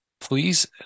please